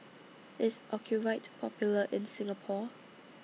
IS Ocuvite Popular in Singapore